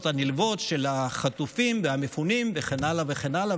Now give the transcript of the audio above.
הנלוות של החטופים והמפונים וכן הלאה וכן הלאה,